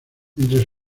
entre